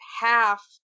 half